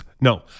No